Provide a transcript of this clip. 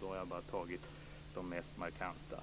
Då har jag bara nämnt de mest markanta.